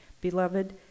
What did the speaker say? Beloved